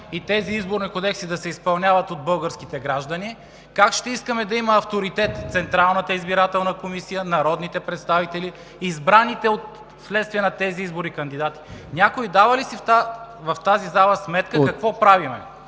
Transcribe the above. и изборни кодекси да се изпълняват от българските граждани? Как ще искаме да има авторитет Централната избирателна комисия, народните представители, избраните следствие на тези избори кандидати? Някой дава ли си сметка в тази зала какво правим?